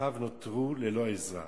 אחיו נותרו ללא עזרה.